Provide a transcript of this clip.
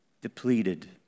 depleted